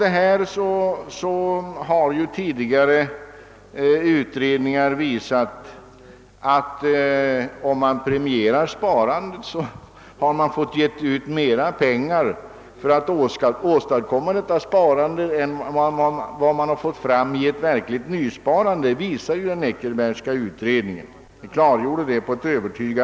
Den Eckerbergska utredningen har på ett övertygande sätt klargjort att om man prenvyierar sparande, får man ge ut mera pengar för att åstadkomma detta sparande än vad man får fram i verkligt nysparande.